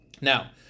Now